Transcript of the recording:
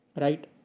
Right